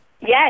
Yes